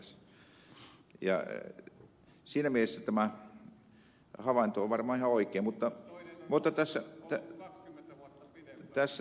siinä mielessä tämä havainto on varmaan ihan oikea mutta tässä